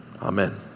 Amen